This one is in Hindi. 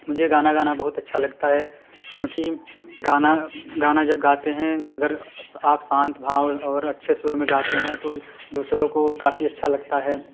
मुझे गाना गाना बहुत अच्छा लगता है क्योंकि गाना गाना जब गाते हैं अगर आप शांत भाव और अच्छे सुर में गाते हैं तो दूसरों को काफ़ी अच्छा लगता है